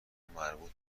مربوط